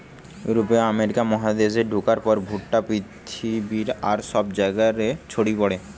ইউরোপীয়রা আমেরিকা মহাদেশে ঢুকার পর ভুট্টা পৃথিবীর আর সব জায়গা রে ছড়ি পড়ে